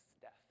death